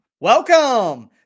Welcome